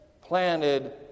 planted